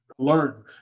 learn